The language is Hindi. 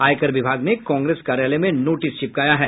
आयकर विभाग ने कांग्रेस कार्यालय में नोटिस चिपकाया है